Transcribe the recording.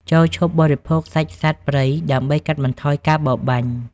ចូរឈប់បរិភោគសាច់សត្វព្រៃ ដើម្បីកាត់បន្ថយការបរបាញ់។